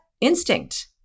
instinct